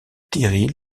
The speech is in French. terrils